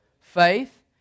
faith